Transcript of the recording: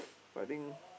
but I think